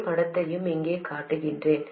முழுப் படத்தையும் இங்கே காட்டுகிறேன்